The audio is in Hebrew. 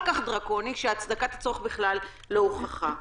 כך דרקוני כשהצדקת הצורך בכלל לא הוכחה.